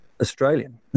Australian